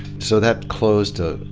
so that closed a,